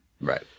Right